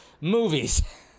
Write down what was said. movies